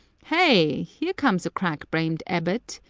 heigh! here comes a crack-brained abbot!